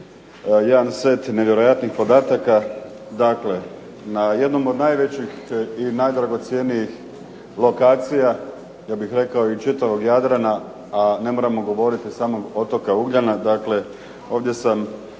jedan set nevjerojatnih podataka. Dakle, na jednom od najvećih i najdragocjenijih lokacija, ja bih rekao i čitavog Jadrana, a ne moramo govoriti samog otoka Ugljena, ovdje sam